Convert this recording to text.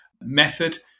method